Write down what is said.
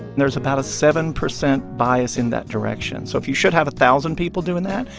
there's about a seven percent bias in that direction. so if you should have a thousand people doing that,